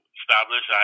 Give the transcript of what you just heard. establish